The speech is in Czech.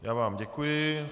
Já vám děkuji.